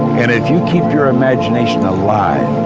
and if you keep your imagination alive,